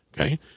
Okay